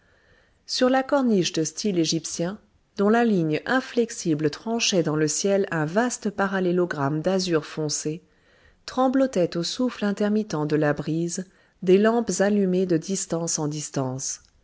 sur la corniche de style égyptien dont la ligne inflexible tranchait dans le ciel un vaste parallélogramme d'azur foncé tremblotaient au souffle intermittent de la brise des lampes allumées de distance en distance